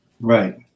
Right